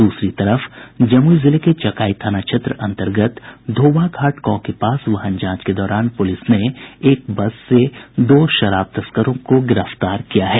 दूसरी तरफ जमुई जिले के चकाई थाना क्षेत्र अंतर्गत धोवा घाट गांव के पास वाहन जांच के दौरान पुलिस ने एक बस से दो शराब तस्करों को गिरफ्तार किया है